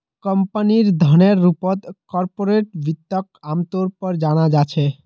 कम्पनीर धनेर रूपत कार्पोरेट वित्तक आमतौर पर जाना जा छे